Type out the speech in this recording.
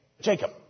Jacob